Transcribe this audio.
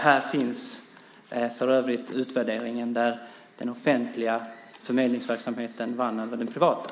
Här i min hand har jag för övrigt utvärderingen där den offentliga förmedlingsverksamheten vann över den privata.